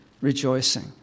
rejoicing